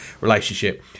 relationship